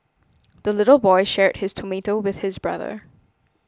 the little boy shared his tomato with his brother